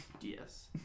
Yes